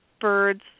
birds